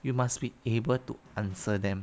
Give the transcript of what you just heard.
you must be able to answer them